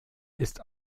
ist